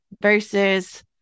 versus